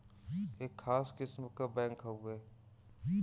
एक खास किस्म क बैंक हउवे